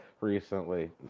recently